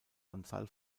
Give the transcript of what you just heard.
anzahl